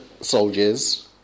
soldiers